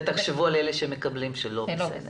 ותחשבו על אלה שמקבלות תשובה שלא הכל בסדר.